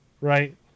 right